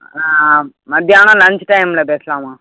ஆ மத்தியானம் லஞ்ச் டைமில் பேசலாம்மா